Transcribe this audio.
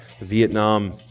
Vietnam